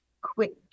quick